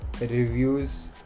reviews